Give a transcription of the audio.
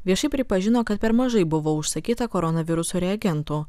viešai pripažino kad per mažai buvo užsakyta koronaviruso reagentų